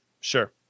Sure